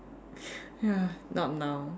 ya not now